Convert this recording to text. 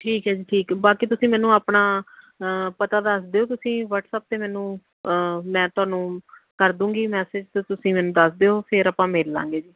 ਠੀਕ ਹੈ ਜੀ ਠੀਕ ਬਾਕੀ ਤੁਸੀਂ ਮੈਨੂੰ ਆਪਣਾ ਪਤਾ ਦੱਸ ਦਿਓ ਤੁਸੀਂ ਵਟਸਐਪ 'ਤੇ ਮੈਨੂੰ ਮੈਂ ਤੁਹਾਨੂੰ ਕਰ ਦੂੰਗੀ ਮੈਸੇਜ ਅਤੇ ਤੁਸੀਂ ਮੈਨੂੰ ਦੱਸ ਦਿਓ ਫਿਰ ਆਪਾਂ ਮਿਲ ਲਵਾਂਗੇ ਜੀ